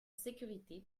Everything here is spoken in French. sécurités